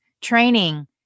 training